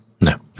No